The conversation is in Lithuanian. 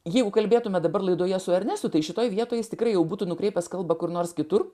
jeigu kalbėtumėme dabar laidoje su ernestu tai šitoje vietoje jis tikrai jau būtų nukreipęs kalbą kur nors kitur